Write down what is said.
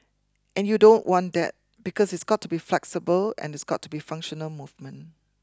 and you don't want that because it's got to be flexible and it's got to be functional movement